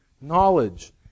knowledge